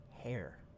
hair